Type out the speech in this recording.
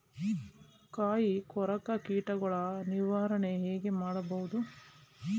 ಕಾಯಿ ಕೊರಕ ಕೀಟಗಳ ನಿರ್ವಹಣೆ ಹೇಗೆ ಮಾಡಬಹುದು?